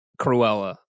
Cruella